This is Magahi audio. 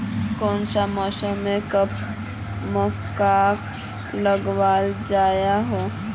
कोन सा मौसम में मक्का लगावल जाय है?